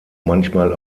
manchmal